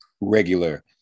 regular